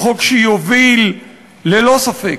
הוא חוק שיוביל ללא ספק,